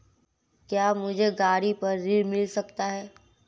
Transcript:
क्या मुझे गाड़ी पर ऋण मिल सकता है?